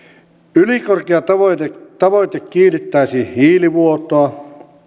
ylikorkea tavoite tavoite kiihdyttäisi hiilivuotoa